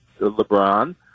LeBron